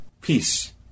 Peace